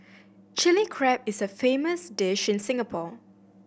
Chilli Crab is a famous dish in Singapore